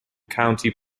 county